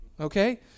okay